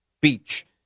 Beach